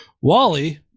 Wally